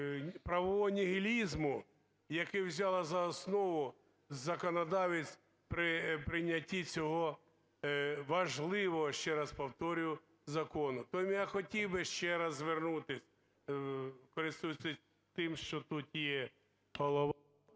правового нігілізму, який взяв за основу законодавець при прийнятті цього важливого, ще раз повторюю, закону. Тому я хотів би ще раз звернутись, користуючись тим, що тут є…